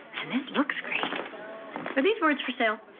and this looks great. are these words for so